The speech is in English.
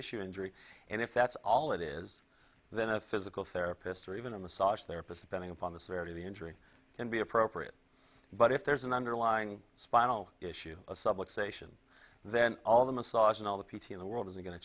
tissue injury and if that's all it is then a physical therapist or even a massage therapist bending upon the severity of the injury can be appropriate but if there's an underlying spinal issue a subway station then all the massage and all the p t in the world is going to